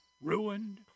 ruined